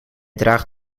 draagt